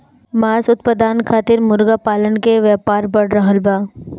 मांस उत्पादन खातिर मुर्गा पालन के व्यापार बढ़ रहल बा